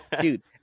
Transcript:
dude